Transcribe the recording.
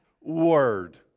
word